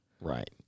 Right